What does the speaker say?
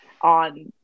on